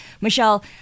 Michelle